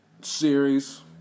series